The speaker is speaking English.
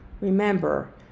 Remember